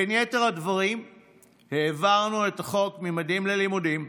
בין יתר הדברים העברנו את חוק ממדים ללימודים,